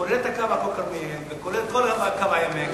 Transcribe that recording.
כולל הקו עכו כרמיאל וכולל כל קו העמק.